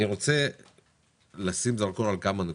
אני רוצה לשים זרקור על כמה נקודות.